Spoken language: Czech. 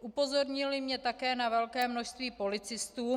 Upozornili mě také na velké množství policistů.